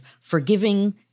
Forgiving